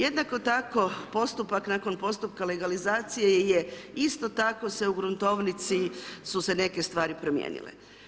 Jednako tako postupak nakon postupka legalizacije je isto tako se u gruntovnici su se neke stvari promijenile.